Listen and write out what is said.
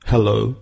Hello